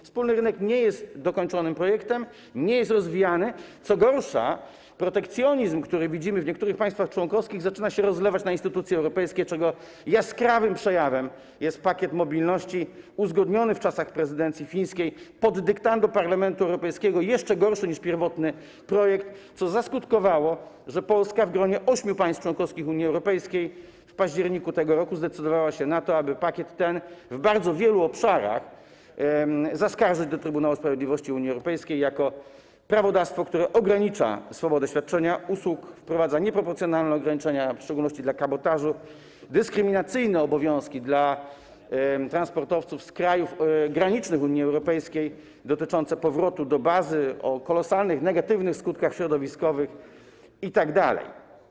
Wspólny rynek nie jest dokończonym projektem, nie jest rozwijany, co gorsza, protekcjonizm, który widzimy w niektórych państwach członkowskich, zaczyna się rozlewać na instytucje europejskie, czego jaskrawym przejawem jest pakiet mobilności uzgodniony w czasach prezydencji fińskiej pod dyktando Parlamentu Europejskiego, jeszcze gorszy niż pierwotny projekt, co zaskutkowało tym, że Polska w gronie ośmiu państw członkowskich Unii Europejskiej w październiku tego roku zdecydowała się na to, aby pakiet ten w bardzo wielu obszarach zaskarżyć do Trybunału Sprawiedliwości Unii Europejskiej jako prawodawstwo, które ogranicza swobodę świadczenia usług, wprowadza nieproporcjonalne ograniczenia, w szczególności dla kabotażu, dyskryminacyjne obowiązki dla transportowców z krajów granicznych Unii Europejskiej dotyczące powrotu do bazy, o kolosalnych, negatywnych skutkach środowiskowych itd.